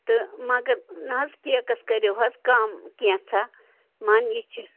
تہٕ مگر نہِ حَظ کیکس کٔرِو حَظ کم کینژھا مان یہ چھِ